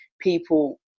People